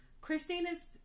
Christina's